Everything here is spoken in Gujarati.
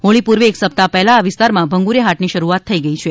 હોળી પૂર્વે એક સપ્તાહ પહેલા આ વિસ્તારમાં ભગુંરીયા હાટ ની શરૂઆત થઈ ગઇ છે